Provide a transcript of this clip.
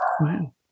Wow